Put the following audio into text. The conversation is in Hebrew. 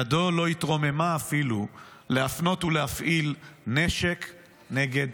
ידו לא התרוממה אפילו להפנות ולהפעיל נשק נגד...